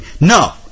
no